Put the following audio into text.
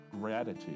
gratitude